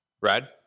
brad